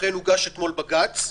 לכן הוגש אתמול בג"ץ,